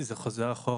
זה חוזר אחורה.